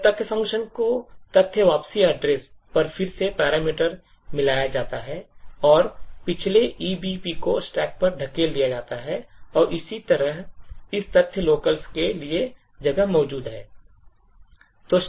जब तथ्य function को तथ्य वापसी address पर फिर से parameter मिलाया जाता है और पिछले EBP को stack पर धकेल दिया जाता है और इसी तरह इस तथ्य locals के लिए जगह मौजूद है